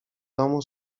domu